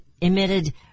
emitted